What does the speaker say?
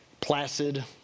Placid